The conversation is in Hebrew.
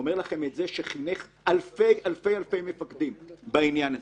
אומר לכם את זה מי שחינך אלפי-אלפי מפקדים בעניין הזה.